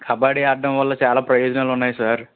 కబడ్డీ ఆడడం వల్ల చాలా ప్రయోజనాలున్నాయి సార్